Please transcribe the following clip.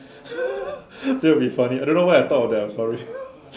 that would be funny I don't know why I thought of that I'm sorry